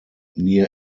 near